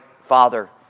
Father